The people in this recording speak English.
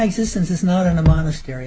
existence is not in the monastery